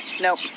nope